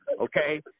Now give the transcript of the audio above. okay